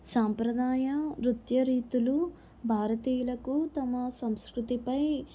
సాంప్రదాయ నృత్య రీతులు భారతీయులకు తమ సంస్కృతిపై